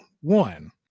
one